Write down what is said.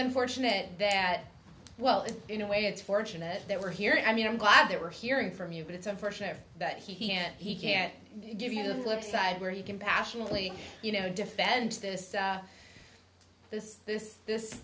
unfortunate that well you know way it's fortunate that we're here i mean i'm glad that we're hearing from you but it's unfortunate that he can't he can't give you the flip side where he can passionately you know defend this this this this